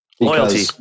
loyalty